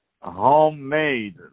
homemade